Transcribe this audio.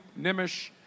Nimish